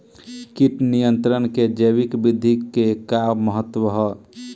कीट नियंत्रण क जैविक विधि क का महत्व ह?